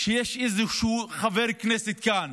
שיש איזשהו חבר כנסת כאן